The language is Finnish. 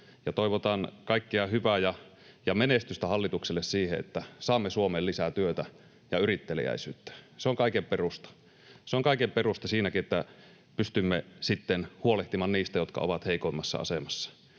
Toivotan kaikkea hyvää ja menestystä hallitukselle siihen, että saamme Suomeen lisää työtä ja yritteliäisyyttä, se on kaiken perusta. Se on kaiken perusta siinäkin, että pystymme sitten huolehtimaan niistä, jotka ovat heikoimmassa asemassa.